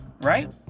Right